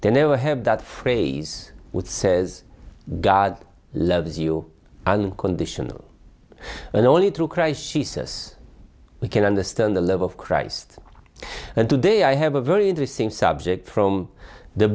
they never have that phrase with says god loves you unconditionally and only through christ she says we can understand the love of christ and today i have a very interesting subject from the